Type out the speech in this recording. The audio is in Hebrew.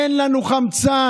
אין לנו חמצן,